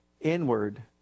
inward